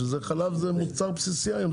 חלב זה מוצר בסיסי היום.